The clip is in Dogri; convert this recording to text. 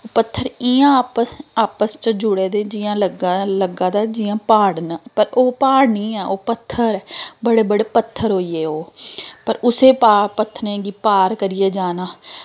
ओह् पत्थर इयां आपस च जुड़े दे जियां लग्गा दा लगदा जियां प्हाड़ न पर ओह् प्हाड़ नी ऐ ओह् पत्थर ऐ बड़े बड़े पत्थर होई गे ओह् पर उस्सै पत्थरें गी पार करियै जाना